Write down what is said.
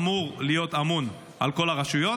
אמור להיות ממונה על כל הרשויות.